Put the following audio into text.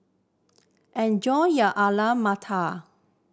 enjoy your Alu Matar